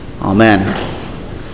Amen